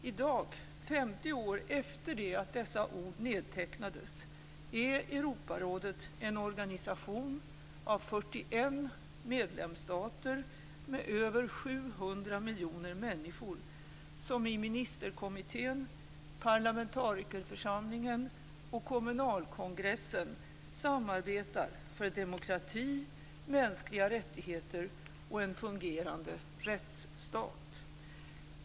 I dag - 50 år efter det att dessa ord nedtecknades - är Europarådet en organisation av 41 medlemsstater med över 700 miljoner människor, som i ministerkommittén, parlamentarikerförsamlingen och kommunalkongressen samarbetar för demokrati, mänskliga rättigheter och en fungerande rättsstat.